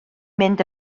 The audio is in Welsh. mynd